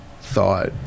Thought